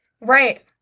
right